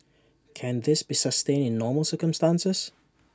can this be sustained in normal circumstances